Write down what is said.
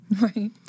Right